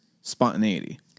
spontaneity